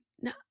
no